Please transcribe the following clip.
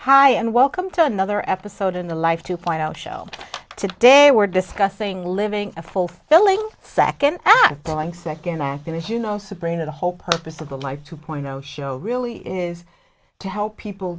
hi and welcome to another episode in the life to point out show today we're discussing living a fulfilling second i'm going second i'm going to you know sabrina the whole purpose of the like to point out show really is to help people